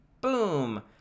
boom